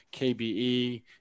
KBE